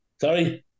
Sorry